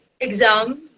exam